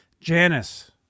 Janice